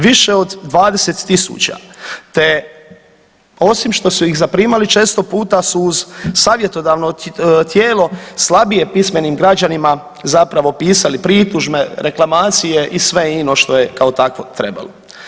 Više od 20 000, te osim što su ih zaprimali često puta su uz savjetodavno tijelo slabije pismenim građanima zapravo pisali pritužbe, reklamacije i sve ino što je kao takvo trebalo.